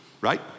right